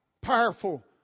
powerful